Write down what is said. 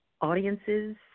audiences